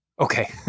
Okay